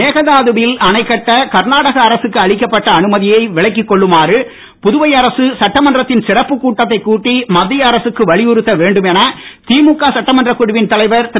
மேகதாதுவில் அணை கட்ட கர்நாடக அரசுக்கு அளிக்கப்பட்ட அனுமதியை விலக்கிக் கொள்ளுமாறு புதுவை அரசு சட்டமன்றத்தின் சிறப்பு கூட்டத்தை கூட்டி மத்திய அரசுக்கு வலியுறுத்த வேண்டும் என திமுக சட்டமன்ற குழுவின் தலைவர் திரு